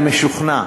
אני משוכנע